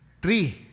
Three